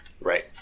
Right